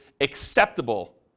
acceptable